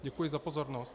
Děkuji za pozornost.